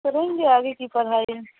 کریں گے آگے کی پڑھائی